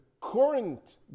current